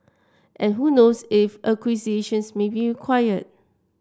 and who knows if acquisitions may be required